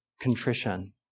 contrition